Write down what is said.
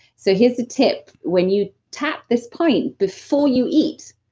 so, here's the tip. when you tap this point before you eat,